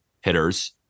hitters